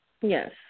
Yes